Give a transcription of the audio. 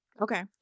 Okay